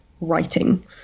writing